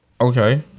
Okay